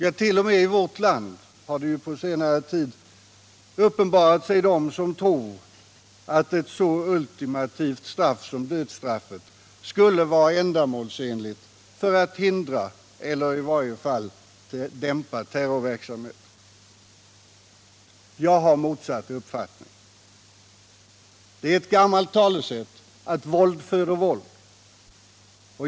Ja, t.o.m. i vårt land har det ju på senare tid uppenbarat sig personer som tror att ett så ultimativt straff som dödsstraff skulle vara ändamålsenligt för att hindra eller i varje fall dämpa terrorverksamhet. Jag har motsatt uppfattning. Det är ett gammalt talesätt att våld föder våld.